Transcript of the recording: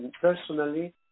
personally